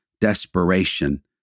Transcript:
desperation